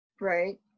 Right